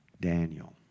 Daniel